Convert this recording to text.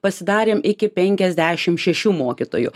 pasidarėme iki penkiasdešim šešių mokytojų